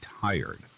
tired